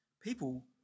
people